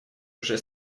уже